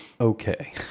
okay